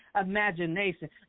imagination